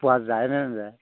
পোৱা যায় নে নাযায়